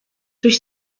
durch